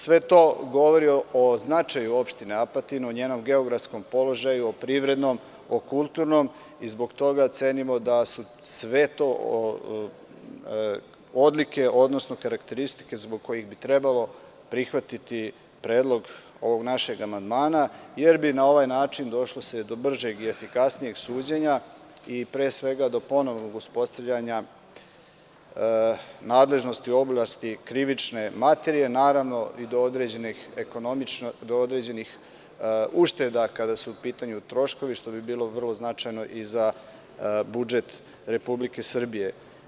Sve to govori o značaju opštine Apatin, o njenom geografskom položaju, o privrednom, o kulturnom i zbog toga cenimo da su sve to odlike, odnosno karakteristike zbog kojih bi trebalo prihvatiti predlog ovog našeg amandmana, jer bi se na ovaj način došlo do bržeg i efikasnijeg suđenja i pre svega do ponovnog uspostavljanja nadležnosti u oblasti krivične materije, naravno i do određenih ušteda kada su u pitanju troškovi, što bi bilo vrlo značajno i za budžet Republike Srbije.